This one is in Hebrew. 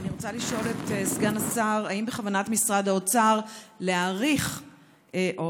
אני רוצה לשאול את סגן השר: האם בכוונת משרד האוצר להאריך או